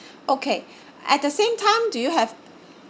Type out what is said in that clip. okay at the same time do you have